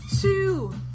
two